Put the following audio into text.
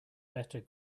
better